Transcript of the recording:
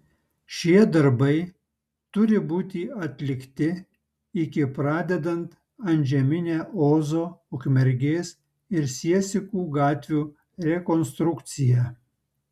šie darbai turi būti atlikti iki pradedant antžeminę ozo ukmergės ir siesikų gatvių rekonstrukciją